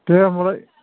दे होनबालाय